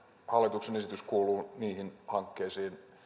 hallituksen esitys kuuluu niihin hankkeisiin